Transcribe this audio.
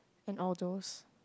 and all those